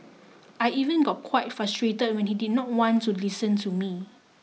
I even got quite frustrated when he did not want to listen to me